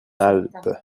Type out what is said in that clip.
alpes